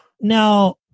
Now